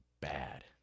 bad